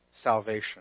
salvation